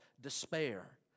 despair